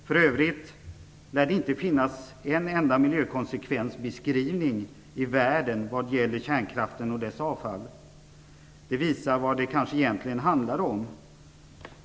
För övrigt lär det inte finnas en enda miljökonsekvensbeskrivning i världen vad gäller kärnkraften och dess avfall. Det visar vad det kanske egentligen handlar om.